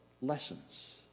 lessons